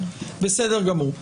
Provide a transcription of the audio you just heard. בסדר גמור.